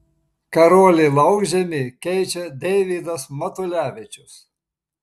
karolį laukžemį keičia deivydas matulevičius